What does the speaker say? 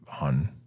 on